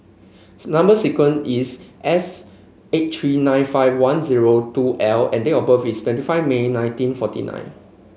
number sequence is S eight three nine five one zero two L and date of birth is twenty five May nineteen forty nine